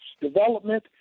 development